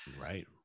Right